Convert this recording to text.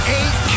eight